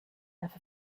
have